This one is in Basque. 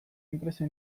enpresa